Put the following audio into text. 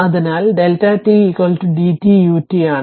അതിനാൽ Δ t d t ut ആണ്